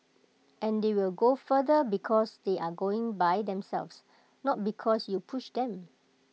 and they will go further because they are going by themselves not because you pushed them